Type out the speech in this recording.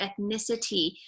ethnicity